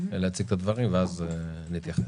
להציג את הדברים ואז להתייחס.